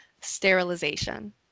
sterilization